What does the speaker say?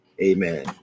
Amen